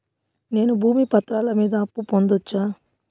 నేను భూమి పత్రాల మీద అప్పు పొందొచ్చా?